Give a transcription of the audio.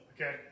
Okay